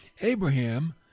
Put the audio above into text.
Abraham